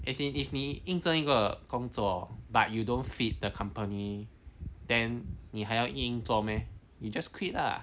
as in if 你应征一个工作 but you don't fit the company then 你还要硬硬做 meh you just quit lah